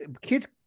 kids